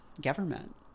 government